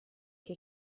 che